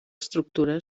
estructura